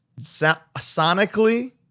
Sonically